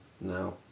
No